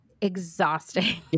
exhausting